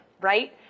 right